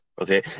Okay